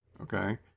okay